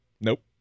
Nope